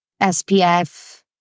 SPF